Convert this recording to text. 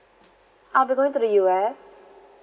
I'll be going to the U_S